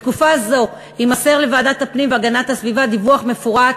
בתקופה זו יימסר לוועדת הפנים והגנת הסביבה דיווח מפורט